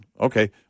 okay